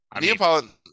neapolitan